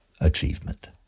achievement